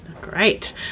great